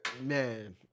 Man